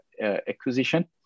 acquisition